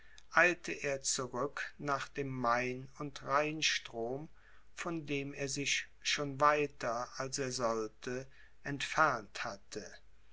eilte er zurück nach dem main und rheinstrom von dem er sich schon weiter als er sollte entfernt hatte